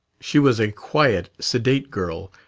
she was a quiet, sedate girl,